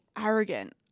arrogant